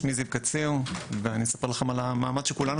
שמי זיו קציר ואני אספר לכם על המאמץ שכולנו